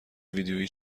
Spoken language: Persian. ویدیویی